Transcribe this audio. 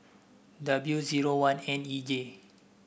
W zero one N E J